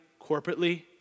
corporately